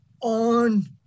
on